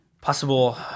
Possible